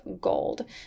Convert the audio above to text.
Gold